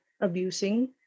abusing